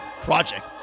project